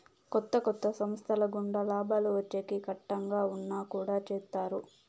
కొత్త కొత్త సంస్థల గుండా లాభాలు వచ్చేకి కట్టంగా ఉన్నా కుడా చేత్తారు